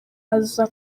aza